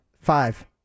Five